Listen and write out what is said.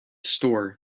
store